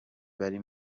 bari